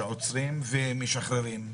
שעוצרים ומשחררים,